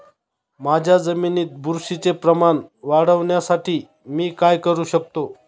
माझ्या जमिनीत बुरशीचे प्रमाण वाढवण्यासाठी मी काय करू शकतो?